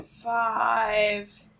five